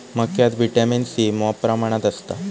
मक्यात vitamin C मॉप प्रमाणात असता